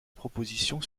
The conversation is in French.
proposition